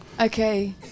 Okay